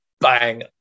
Bang